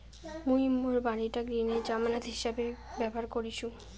মুই মোর বাড়িটাক ঋণের জামানত হিছাবে ব্যবহার করিসু